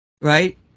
Right